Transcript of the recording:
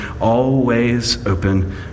always-open